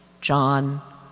John